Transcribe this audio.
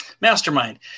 mastermind